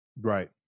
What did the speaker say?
Right